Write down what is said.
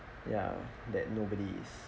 ya that nobody's